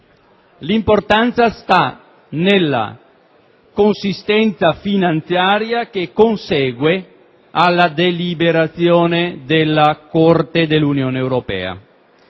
L'importanza sta nella consistenza finanziaria che consegue la deliberazione della Corte dell'Unione Europea.